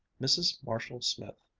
mrs. marshall-smith,